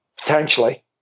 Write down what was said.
potentially